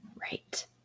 right